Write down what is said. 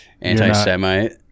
anti-Semite